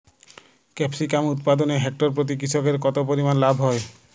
Capsicum উৎপাদনে hectare প্রতি কৃষকের কত পরিমান লাভ হয়?